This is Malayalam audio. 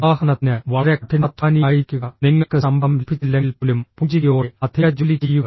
ഉദാഹരണത്തിന് വളരെ കഠിനാധ്വാനിയായിരിക്കുക നിങ്ങൾക്ക് ശമ്പളം ലഭിച്ചില്ലെങ്കിൽപ്പോലും പുഞ്ചിരിയോടെ അധിക ജോലി ചെയ്യുക